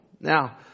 Now